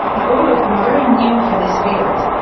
and all of them are very new for this field.